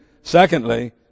secondly